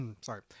sorry